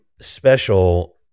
special